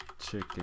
Chicken